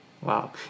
Wow